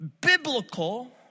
biblical